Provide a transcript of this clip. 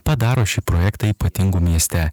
padaro šį projektą ypatingu mieste